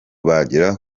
bagera